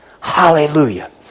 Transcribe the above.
Hallelujah